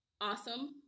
awesome